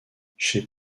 chez